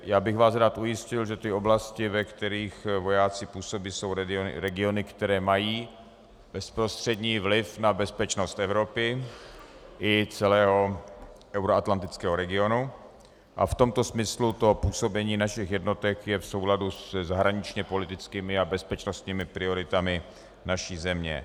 Já bych vás rád ujistil, že ty oblasti, ve kterých vojáci působí, jsou regiony, které mají bezprostřední vliv na bezpečnost Evropy i celého euroatlantického regionu, a v tomto smyslu to působení našich jednotek je v souladu se zahraničněpolitickými a bezpečnostními prioritami naší země.